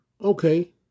Okay